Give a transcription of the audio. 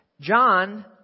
John